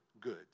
goods